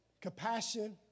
compassion